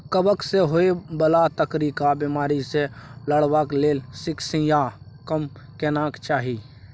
कवक सँ होए बला तरकारीक बिमारी सँ लड़बाक लेल सिमसिमीकेँ कम केनाय चाही